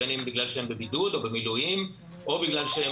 בגלל שהם בבידוד או במילואים או בגלל שהם